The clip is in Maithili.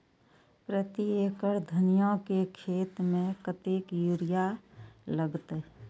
प्रति एकड़ धनिया के खेत में कतेक यूरिया लगते?